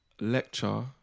lecture